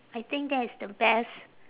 I think that is the best